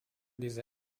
diese